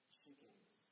chickens